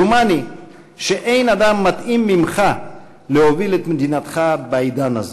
דומני שאין אדם מתאים ממך להוביל את מדינתך בעידן הזה.